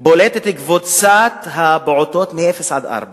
בולטת קבוצת הפעוטות מאפס עד ארבע